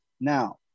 Now